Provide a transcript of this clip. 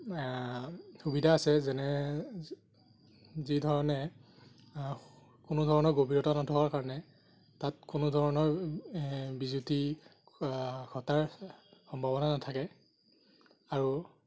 সুবিধা আছে যেনে যি ধৰণে কোনো ধৰণৰ গভীৰতা নথকাৰ কাৰণে তাত কোনো ধৰণৰ বিজুতি ঘটাৰ সম্ভাৱনা নাথাকে আৰু